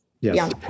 Yes